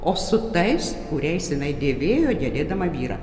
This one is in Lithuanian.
o su tais kuriais jinai dėvėjo gedėdama vyrą